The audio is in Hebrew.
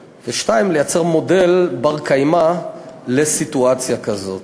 2. לייצר מודל בר-קיימא לסיטואציה כזאת.